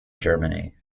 germany